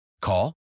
Call